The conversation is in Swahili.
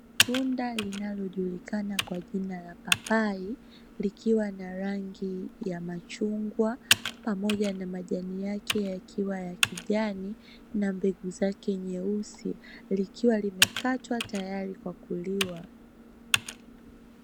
Tunda linalojulikana kwa jina la papai likiwa na rangi ya machungwa, pamoja na majani yake yakiwa ya kijani na mbegu zake nyeusi likiwa limekatwa tayari kwa kuliwa.